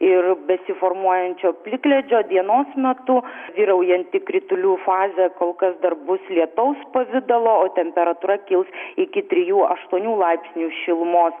ir besiformuojančio plikledžio dienos metu vyraujanti kritulių fazė kol kas dar bus lietaus pavidalo o temperatūra kils iki trijų aštuonių laipsnių šilumos